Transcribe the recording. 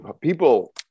people